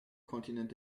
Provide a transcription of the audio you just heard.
kontinent